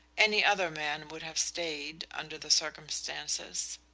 any other man would have stayed, under the circumstances.